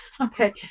Okay